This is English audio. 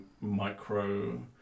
micro